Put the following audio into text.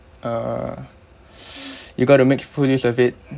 uh you got to make full use of it